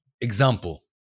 example